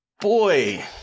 boy